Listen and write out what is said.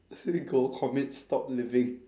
go commit stop living